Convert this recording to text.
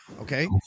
okay